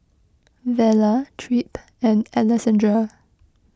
Vela Tripp and Alessandra